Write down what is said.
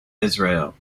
israel